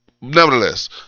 Nevertheless